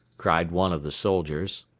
cried one of the soldiers.